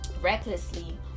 recklessly